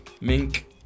Mink